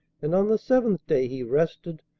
and on the seventh day he rested,